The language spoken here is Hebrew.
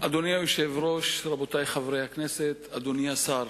אדוני היושב-ראש, רבותי חברי הכנסת, אדוני השר,